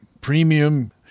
premium